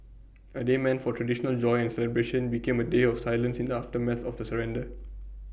A day meant for traditional joy and celebration became A day of silence in the aftermath of the surrender